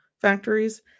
factories